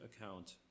account